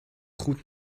goed